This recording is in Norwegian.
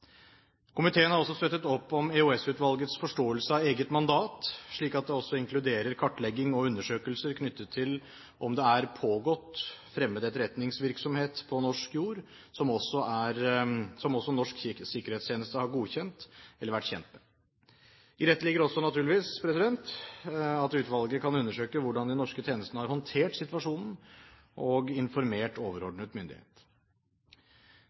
Komiteen har også støttet opp om EOS-utvalgets forståelse av eget mandat, slik at det også inkluderer kartlegging og undersøkelser knyttet til om det er pågått fremmed etterretningsvirksomhet på norsk jord som også norsk sikkerhetstjeneste har godkjent eller vært kjent med. I dette ligger naturligvis også at utvalget kan undersøke hvordan de norske tjenestene har håndtert situasjonen og informert overordnet myndighet.